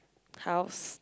house